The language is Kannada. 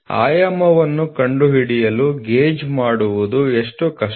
ಆಯಾಮವನ್ನು ಕಂಡುಹಿಡಿಯಲು ಗೇಜ್ ಮಾಡುವುದು ಎಷ್ಟು ಕಷ್ಟ